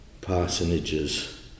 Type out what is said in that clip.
parsonages